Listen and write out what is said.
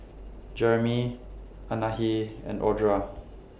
Jereme Anahi and Audra